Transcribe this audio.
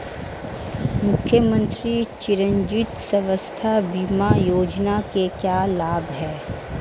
मुख्यमंत्री चिरंजी स्वास्थ्य बीमा योजना के क्या लाभ हैं?